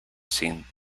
scene